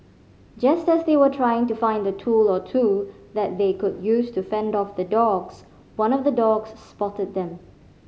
just as they were trying to find a tool or two that they could use to fend off the dogs one of the dogs spotted them